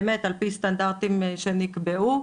על פי סטנדרטים שנקבעו.